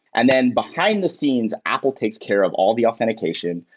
and then behind-the-scenes, apple takes care of all the authentication.